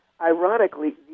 ironically